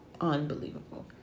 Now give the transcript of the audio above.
unbelievable